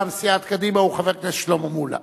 סיעת קדימה הוא חבר הכנסת שלמה מולה,